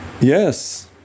Yes